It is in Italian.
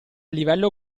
livello